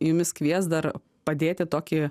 jumis kvies dar padėti tokį